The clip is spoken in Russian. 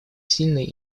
сильный